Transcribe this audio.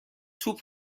توپ